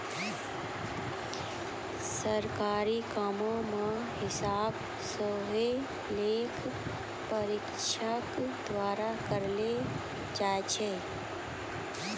सरकारी कामो के हिसाब सेहो लेखा परीक्षक द्वारा करलो जाय छै